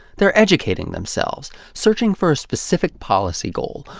they're educating themselves, searching for a specific policy goal,